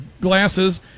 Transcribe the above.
glasses